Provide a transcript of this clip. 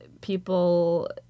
People